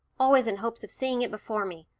always in hopes of seeing it before me,